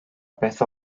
beth